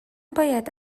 باید